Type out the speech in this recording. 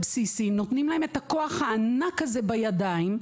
נותנים להם את הכוח הענק הזה בידיים.